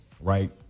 right